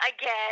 again